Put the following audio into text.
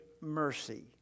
mercy